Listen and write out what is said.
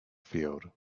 field